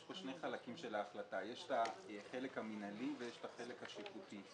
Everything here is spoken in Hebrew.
יש פה שני חלקים של ההחלטה: יש חלק מנהלי ויש חלק שיפוטי.